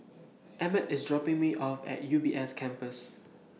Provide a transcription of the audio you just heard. Emett IS dropping Me off At U B S Campus